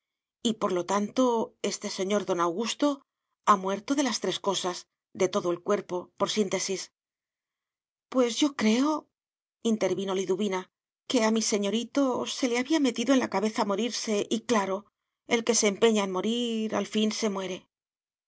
y por lo tanto este señor don augusto ha muerto de las tres cosas de todo el cuerpo por síntesis pues yo creointervino liduvinaque a mi señorito se le había metido en la cabeza morirse y claro el que se empeña en morir al fin se muere